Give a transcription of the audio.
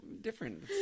different